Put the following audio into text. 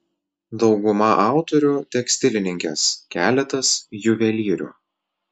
dauguma autorių tekstilininkės keletas juvelyrių